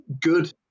good